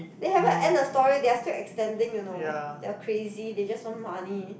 they haven't end the story they're still extending you know they're crazy they just want money